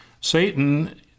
satan